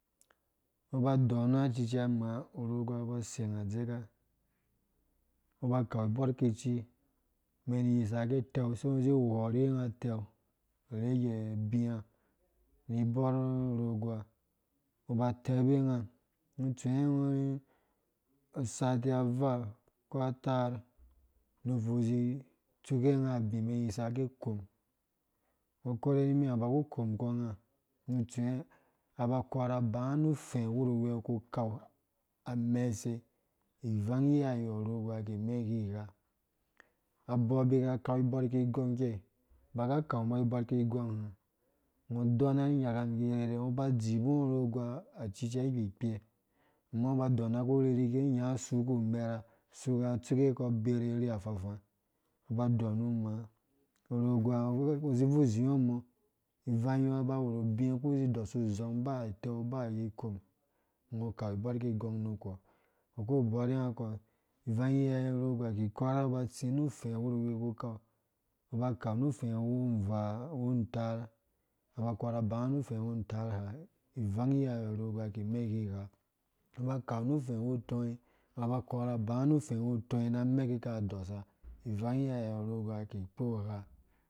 Ungo uba udɔna acicia naa urogoa ba aseng adzeka, ungo ukau ibor kici umɛn ini sa gɛ utɛu, sai ugo uziukhɔre unga utɛu urege ubiia ni iborh urogoa ungo uba utɛbe unga ungo utsuwe usati avaa ko ataar nu ubvui izi utsuke unga abí umɛn iyisa gɛ ukɔm ungo ukore nimiha ungo uba ku ukɔmkɔ unga nu utsu unga ba akora banga ufɛ wurhi ungo ukukau amɛsei ivang yi hayɔ urogoa ki imɛ ighigha abɔɔ bika akau iborh kingɔng ikɛi, ba kaumbɔ ibɔrh kigɔng ha ungo udona ru. nyaka umum ki irherhe ungo uba udzibungo orogoa, acucia ai ikpe, ama ungo inyaɔ usu kumɛrha usuka, utsuke kɔ uberu urhi afafá, ungo uba udonu maa, urogoa umgo usi ibvui uzingo mɔ ivangyɔ unga aba awuru ubii, ungo ukpuri uzi udosu uzhɔng ba utɛu ba kikɔm ungo ukan ibɔrh kigɔng nukpɔ ungo uku ubere nna kɔ ivang yiryɛ urogoa ki ikora aba tsi nu ufɛ wurwi ungo ku ukau, ungo uba akau nuufɛ uwuvaa, uwurntaar unga ba akora banga mu ufɛ wu ntaar ha ivang yihayɔ urogoa kamɛ ighigha. ungo uba akau nu ufɛ uwu tɔi unga ba akora gbanga nu afɛ uwu utɔi na amɛ kika dɔsa ivanyihayɔ urogoa kikpo igha